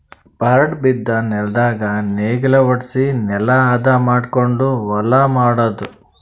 ಬರಡ್ ಬಿದ್ದ ನೆಲ್ದಾಗ ನೇಗಿಲ ಹೊಡ್ಸಿ ನೆಲಾ ಹದ ಮಾಡಕೊಂಡು ಹೊಲಾ ಮಾಡದು